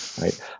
Right